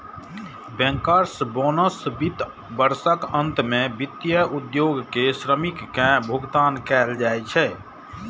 bankers bonus वित्त वर्षक अंत मे वित्तीय उद्योग के श्रमिक कें भुगतान कैल जाइ छै